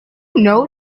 know